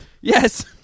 Yes